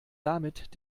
damit